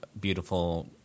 beautiful